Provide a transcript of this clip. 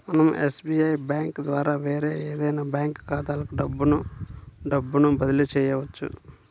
మనం SBI bank ద్వారా వేరే ఏదైనా బ్యాంక్ ఖాతాలకు డబ్బును డబ్బును బదిలీ చెయ్యొచ్చు